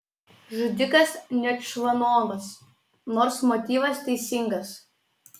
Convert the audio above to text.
žudikas ne čvanovas nors motyvas teisingas